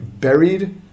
buried